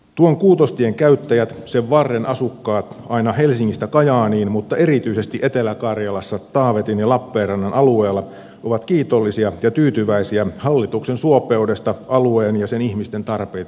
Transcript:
tuon kuutostien käyttäjät sen varren asukkaat aina helsingistä kajaaniin mutta erityisesti etelä karjalassa taavetin ja lappeenrannan alueella ovat kiitollisia ja tyytyväisiä hallituksen suopeudesta alueen ja sen ihmisten tarpeita kohtaan